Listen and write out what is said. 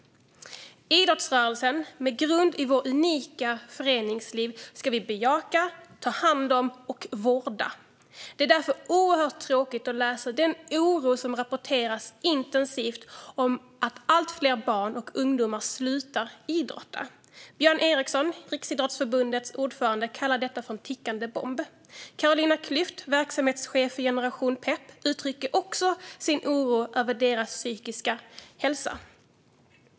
Idrottsrörelsen med grund i vårt unika föreningsliv ska vi bejaka, ta hand om och vårda. Det är därför oerhört tråkigt att läsa om den oro som det rapporteras intensivt om över att allt fler barn och ungdomar slutar idrotta. Björn Eriksson, Riksidrottsförbundets ordförande, kallar detta för en tickande bomb. Carolina Klüft, verksamhetschef för Generation Pep, uttrycker också sin oro över de ungas psykiska hälsa.